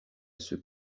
ceux